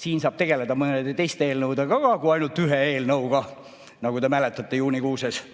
siin saab tegeleda mõne teise eelnõuga ka, mitte ainult ühe eelnõuga – nagu te mäletate, juunikuus